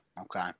okay